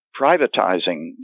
privatizing